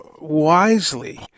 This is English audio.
wisely